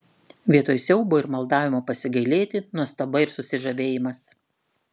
vietoj siaubo ir maldavimo pasigailėti nuostaba ir susižavėjimas